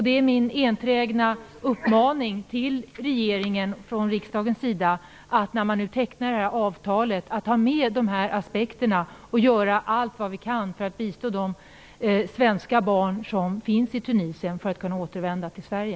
Det är min enträgna uppmaning till regeringen från riksdagens sida att man, när man nu tecknar detta avtal, tar med dessa aspekter och gör allt som går för att bistå de svenska barn som finns i Tunisien så att de kan återvända till Sverige.